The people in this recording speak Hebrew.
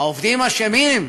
העובדים אשמים,